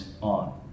on